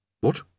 What